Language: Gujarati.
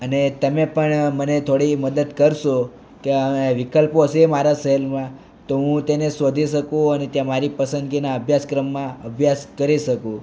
અને તમે પણ મને થોડી મદદ કરશો કે આ આ વિકલ્પો છે મારા શહેરમાં તો હું તેને શોધી શકું અને ત્યાં મારી પસંદગીના અભ્યાસક્રમમાં અભ્યાસ કરી શકું